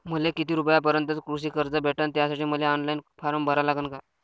मले किती रूपयापर्यंतचं कृषी कर्ज भेटन, त्यासाठी मले ऑनलाईन फारम भरा लागन का?